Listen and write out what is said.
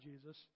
Jesus